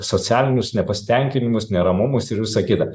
socialinius nepasitenkinimus neramumus ir visa kita